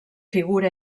figura